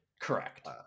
Correct